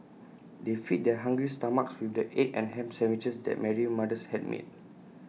they fed their hungry stomachs with the egg and Ham Sandwiches that Mary's mothers had made